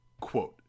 Quote